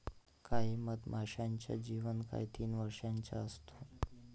काही मधमाशांचा जीवन काळ तीन वर्षाचा असतो